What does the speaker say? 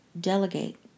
delegate